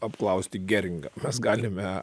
apklausti geringą mes galime